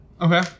Okay